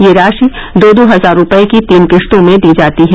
यह राशि दो दो हजार रूपये की तीन किश्तों में दी जाती है